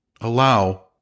Allow